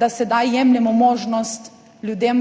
da sedaj jemljemo možnost ljudem,